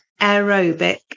aerobic